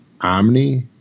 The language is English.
Omni